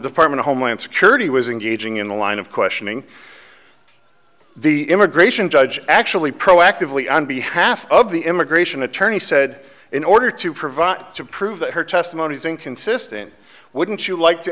department of homeland security was engaging in the line of questioning the immigration judge actually proactively on behalf of the immigration attorney said in order to provide to prove that her testimony is inconsistent wouldn't you like to